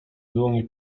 dłoni